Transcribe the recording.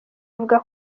ivuga